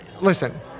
listen